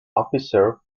officer